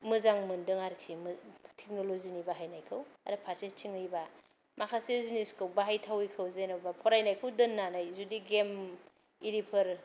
मोजां मोनदों आरोकि टेकनल'जिनि बाहायनायखौ आरो फारसेथिङैबा माखासे जिनिसखौ बाहायथावै खौ जेनोबा फरायनायखौ दोननानै जुदि गेम इरिफोर